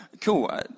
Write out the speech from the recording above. cool